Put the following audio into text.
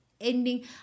ending